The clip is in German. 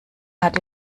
hatte